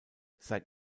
seit